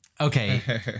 Okay